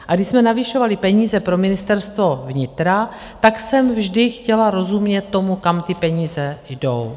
A když jsme navyšovali peníze pro Ministerstvo vnitra, tak jsem vždy chtěla rozumět tomu, kam ty peníze jdou.